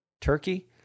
Turkey